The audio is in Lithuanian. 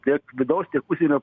tiek vidaus tiek užsienio